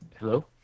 Hello